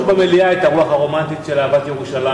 נמשיך במליאה את הרוח הרומנטית של אהבת ירושלים.